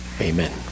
Amen